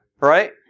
Right